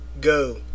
Go